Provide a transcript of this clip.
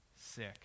sick